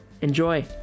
Enjoy